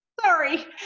sorry